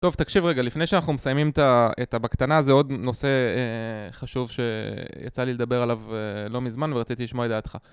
טוב, תקשיב רגע, לפני שאנחנו מסיימים את הבקטנה, זה עוד נושא חשוב שיצא לי לדבר עליו לא מזמן ורציתי לשמוע את דעתך.